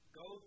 go